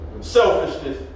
Selfishness